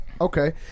Okay